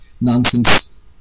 nonsense